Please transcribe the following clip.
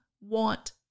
want